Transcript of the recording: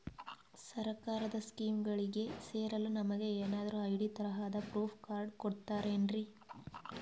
ಸರ್ಕಾರದ ಸ್ಕೀಮ್ಗಳಿಗೆ ಸೇರಲು ನಮಗೆ ಏನಾದ್ರು ಐ.ಡಿ ತರಹದ ಪ್ರೂಫ್ ಕಾರ್ಡ್ ಕೊಡುತ್ತಾರೆನ್ರಿ?